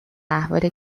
احوال